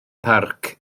parc